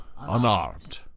unarmed